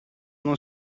non